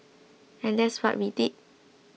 and that's what we did